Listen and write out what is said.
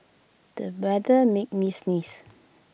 the weather made me sneeze